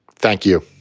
thank you